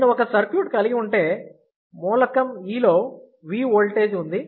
నేను ఒక సర్క్యూట్ కలిగి ఉంటే మూలకం E లో V ఓల్టేజ్ ఉంది